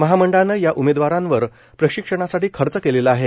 महामंडळानं या उमेदवारांवर प्रशिक्षणासाठी खर्च केलेला आहे